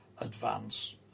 advance